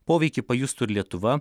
poveikį pajustų ir lietuva